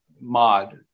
mod